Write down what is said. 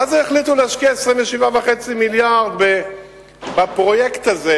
מה זה החליטו להשקיע 27.5 מיליארד בפרויקט הזה,